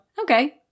Okay